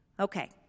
Okay